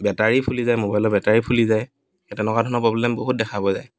battery ফুলি যায় মোবাইলৰ বেটাৰী ফুলি যায় সেই তেনেকুৱা ধৰণৰ প্ৰব্লেম বহুত দেখা পোৱা যায়